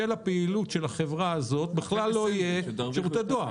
פעילות החברה הזאת בכלל לא יהיה שירותי דואר.